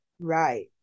Right